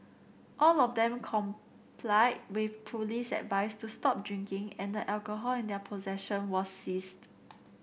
all of them complied with police advice to stop drinking and the alcohol in their possession was seized